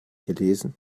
gelesen